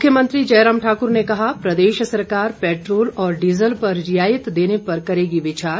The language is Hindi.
मुख्यमंत्री जयराम ठाकुर ने कहा प्रदेश सरकार पैट्रोल और डीज़ल पर रियायत देने पर करेगी विचार